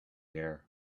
air